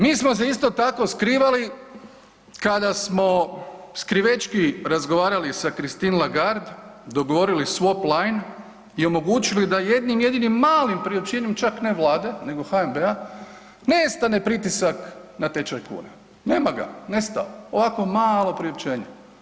Mi smo se isto tako skrivali kada smo skrivećki razgovarali sa Christine Lagarde dogovorili swap lines i omogućili da jednim jedinim malim priopćenjem čak ne Vlade nego HNB-a nestane pritisak na tečaj kune, nema ga, nestao, ovako malo priopćenje.